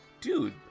dude